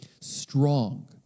strong